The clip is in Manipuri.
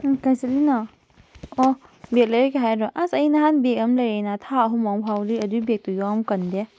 ꯅꯪ ꯀꯥꯏ ꯆꯠꯂꯤꯅꯣ ꯑꯣ ꯕꯦꯒ ꯂꯩꯔꯨꯒꯦ ꯍꯥꯏꯔꯣ ꯑꯁ ꯑꯩ ꯅꯍꯥꯟ ꯕꯦꯒ ꯑꯃ ꯂꯩꯔꯛꯏ ꯅꯥꯕ ꯊꯥ ꯑꯍꯨꯝꯐꯥꯎ ꯐꯥꯎ ꯕꯦꯒ ꯑꯗꯨꯏ ꯕꯦꯛꯇꯨ ꯌꯥꯝ ꯀꯟꯗꯦ